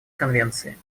конвенции